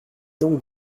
donc